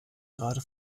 gerade